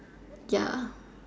ya